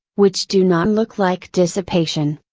which do not look like dissipation.